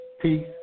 Peace